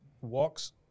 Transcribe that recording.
walks